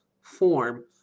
form